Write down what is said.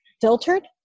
filtered